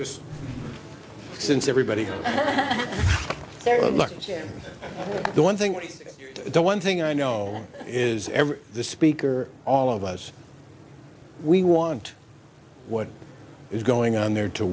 s since everybody the one thing the one thing i know is the speaker all of us we want what is going on there to